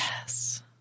Yes